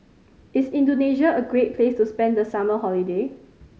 is Indonesia a great place to spend the summer holiday